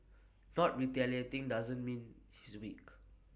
not retaliating doesn't mean he's weak